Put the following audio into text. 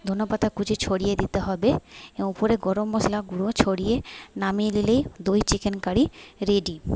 ধনেপাতা কুচি ছড়িয়ে দিতে হবে এবং উপরে গরম মশলা গুঁড়ো ছড়িয়ে নামিয়ে নিলেই দই চিকেন কারি রেডি